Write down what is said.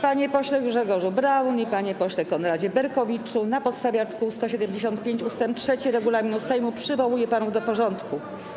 Panie pośle Grzegorzu Braun i panie pośle Konradzie Berkowicz, na podstawie art. 175 ust. 3 regulaminu Sejmu przywołuję panów do porządku.